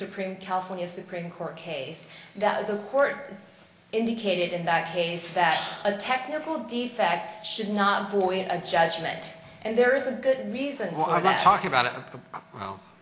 supreme california supreme court case that the court indicated in that case that a technical defect should not void a judgment and there is a good reason why i'm not talking about a well